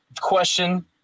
question